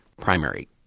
primary